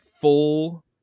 full